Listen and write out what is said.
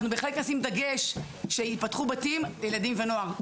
אנחנו בהחלט נשים דגש שייפתחו בתים לילדים ונוער.